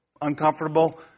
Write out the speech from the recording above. uncomfortable